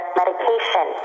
medication